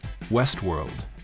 Westworld